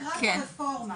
לקראת הרפורמה,